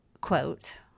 quote